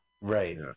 right